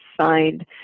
signed